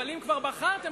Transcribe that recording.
אבל אם כבר בחרתם,